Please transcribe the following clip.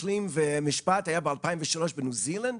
אקלים ומשפט היה ב-2003 בניו זילנד.